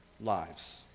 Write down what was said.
lives